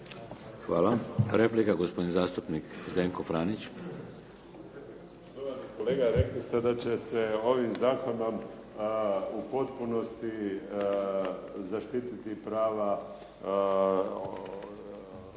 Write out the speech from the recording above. Hvala. Replika, gospodin zastupnik Zdenko Franić. **Franić, Zdenko (SDP)** Štovani kolega, rekli ste da će se ovim zakonom u potpunosti zaštititi prava poduzetnika